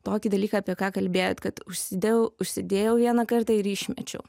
tokį dalyką apie ką kalbėjot kad užsidejau užsidėjau vieną kartą ir išmečiau